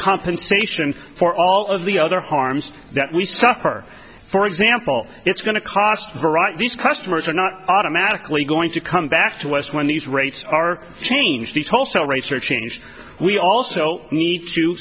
compensation for all of the other harms that we suffer for example it's going to cost varieties customers are not automatically going to come back to us when these rates are changed the wholesale rates are changed we also need to